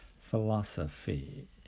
philosophy